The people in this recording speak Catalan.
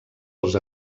els